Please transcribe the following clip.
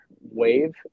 Wave